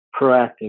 proactive